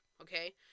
okay